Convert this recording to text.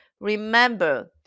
remember